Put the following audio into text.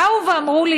באו ואמרו לי,